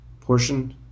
portion